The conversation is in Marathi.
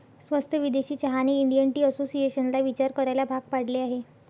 स्वस्त विदेशी चहाने इंडियन टी असोसिएशनला विचार करायला भाग पाडले आहे